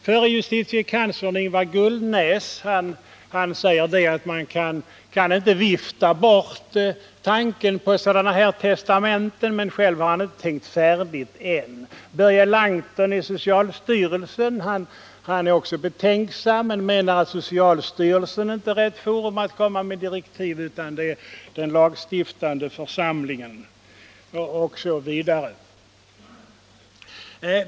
Förre justitiekanslern Ingvar Gullnäs säger att man inte kan vifta bort tanken på sådana här testamenten men att han själv ”inte tänkt färdigt”. Börje Langton i socialstyrelsen är också betänksam men säger att socialstyrelsen inte är rätt forum att komma med direktiv, utan att det är den lagstiftande församlingens sak.